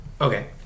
Okay